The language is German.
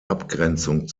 abgrenzung